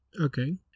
Okay